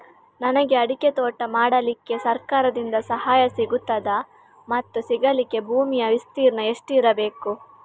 ನನಗೆ ಅಡಿಕೆ ತೋಟ ಮಾಡಲಿಕ್ಕೆ ಸರಕಾರದಿಂದ ಸಹಾಯ ಸಿಗುತ್ತದಾ ಮತ್ತು ಸಿಗಲಿಕ್ಕೆ ಭೂಮಿಯ ವಿಸ್ತೀರ್ಣ ಎಷ್ಟು ಇರಬೇಕು?